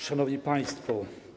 Szanowni Państwo!